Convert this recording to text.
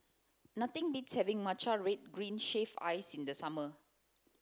nothing beats having matcha red green shaved ice in the summer